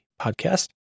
podcast